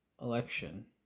election